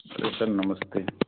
अरे सर नमस्ते